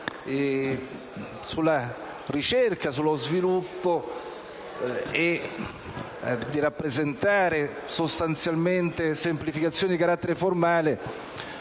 sulla ricerca e sullo sviluppo, nonché di rappresentare sostanzialmente semplificazioni di carattere formale,